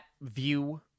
view